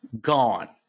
gone